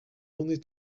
only